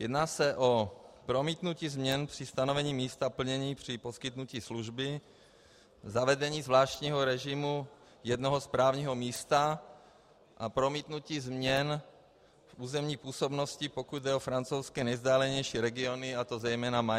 Jedná se o promítnutí změn při stanovení místa plnění při poskytnutí služby, zavedení zvláštního režimu jednoho správního místa a promítnutí změn v územní působnosti, pokud jde o francouzské nejvzdálenější regiony, a to zejména Mayotte.